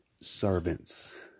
servants